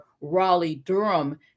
Raleigh-Durham